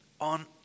on